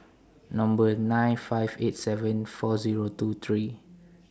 Number nine five eight seven four Zero two three